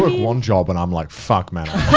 one job and i'm like, fuck man.